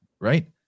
right